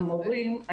המורים,